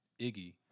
Iggy